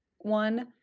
one